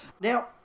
Now